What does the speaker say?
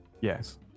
Yes